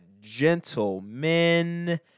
gentlemen